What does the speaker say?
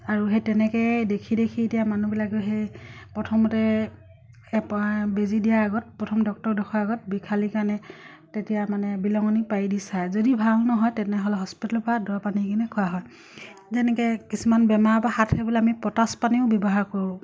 আৰু সেই তেনেকেই দেখি দেখি এতিয়া মানুহবিলাকে সেই প্ৰথমতে এপ বেজি দিয়াৰ আগত প্ৰথম ডক্টৰক দেখুওৱাৰ আগত বিষালী কাৰণে তেতিয়া মানে বিহলঙনি পাৰি দি চায় যদি ভাল নহয় তেনেহ'লে হস্পিটেলৰ পৰা দৰব পানী কিনে খোৱা হয় যেনেকে কিছুমান বেমাৰ বা হাত সাৰিবলে আমি পটাছ পানীও ব্যৱহাৰ কৰোঁ